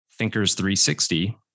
Thinkers360